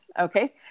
Okay